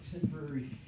temporary